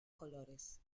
colores